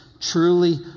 truly